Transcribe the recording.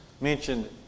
mentioned